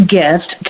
gift